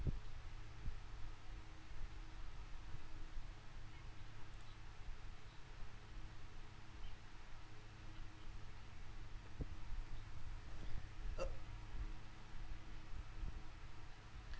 uh